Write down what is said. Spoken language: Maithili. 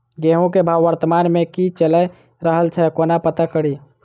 गेंहूँ केँ भाव वर्तमान मे की चैल रहल छै कोना पत्ता कड़ी?